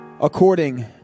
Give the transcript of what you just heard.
according